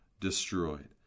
destroyed